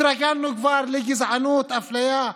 התרגלנו כבר לגזענות, לאפליה,